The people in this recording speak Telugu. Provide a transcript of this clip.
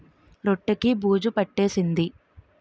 రొట్టె కి బూజు పట్టేసింది